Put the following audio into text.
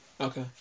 Okay